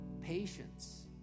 patience